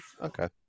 Okay